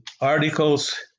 articles